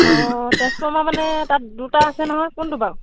অঁ ট্ৰেঞ্চফৰ্মাৰ মানে তাত দুটা আছে নহয় কোনটো বাৰু